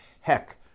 Heck